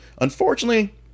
Unfortunately